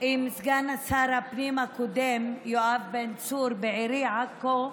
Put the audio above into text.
עם סגן שר הפנים הקודם, יואב בן צור, בעירי עכו,